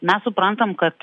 mes suprantam kad